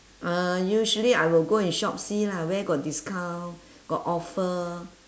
uh usually I will go and shop see lah where got discount got offer